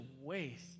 waste